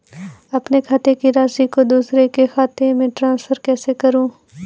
अपने खाते की राशि को दूसरे के खाते में ट्रांसफर कैसे करूँ?